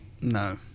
No